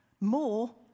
more